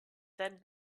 then